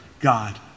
God